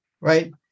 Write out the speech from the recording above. right